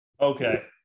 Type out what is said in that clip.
Okay